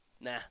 Nah